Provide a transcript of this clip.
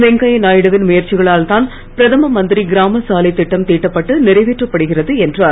வெங்கயா நாயுடுவின் முயற்சிகளினால் தான் பிரதம மந்திரி கிராம சாலை திட்டம் தீட்டப்பட்டு நிறைவேற்றப்படுகிறது என்றார்